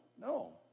no